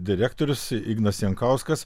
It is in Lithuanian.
direktorius ignas jankauskas